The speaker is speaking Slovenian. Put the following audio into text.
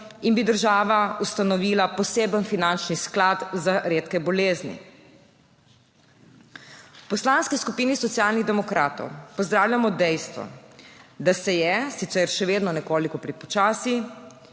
in bi država ustanovila poseben finančni sklad za redke bolezni. V Poslanski skupini Socialnih demokratov pozdravljamo dejstvo, da se je, sicer še vedno nekoliko prepočasi,